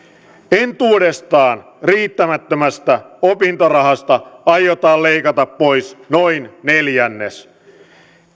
entuudestaan riittämättömästä opintorahasta aiotaan leikata pois noin neljännes